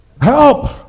Help